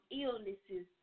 illnesses